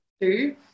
two